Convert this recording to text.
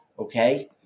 Okay